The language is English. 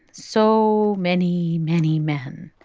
so many, many men.